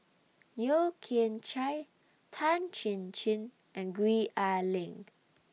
Yeo Kian Chye Tan Chin Chin and Gwee Ah Leng